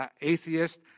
Atheist